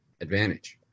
advantage